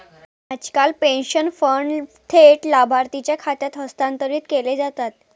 आजकाल pension fund थेट लाभार्थीच्या खात्यात हस्तांतरित केले जातात